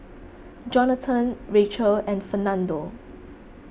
Johnathan Racheal and Fernando